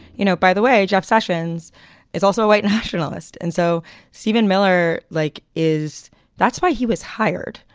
you know, by the way, jeff sessions is also a white nationalist. and so stephen miller like is that's why he was hired.